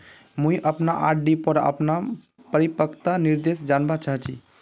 मुई अपना आर.डी पोर अपना परिपक्वता निर्देश जानवा चहची